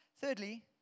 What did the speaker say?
Thirdly